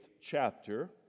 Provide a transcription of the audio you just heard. chapter